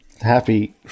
happy